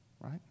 right